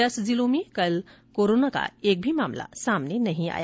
दस जिलों में कल कोरोना का एक भी मामला सामने नहीं आया